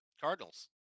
Cardinals